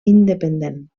independent